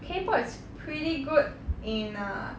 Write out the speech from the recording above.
K pop is pretty good in err